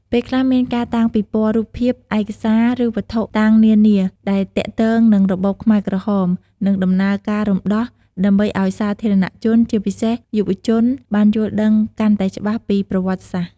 ពេលខ្លះ មានការតាំងពិព័រណ៍រូបភាព ឯកសារ ឬវត្ថុតាងនានាដែលទាក់ទងនឹងរបបខ្មែរក្រហម និងដំណើរការរំដោះ ដើម្បីឲ្យសាធារណជន ជាពិសេសយុវជន បានយល់ដឹងកាន់តែច្បាស់ពីប្រវត្តិសាស្ត្រ។